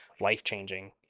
life-changing